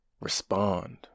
respond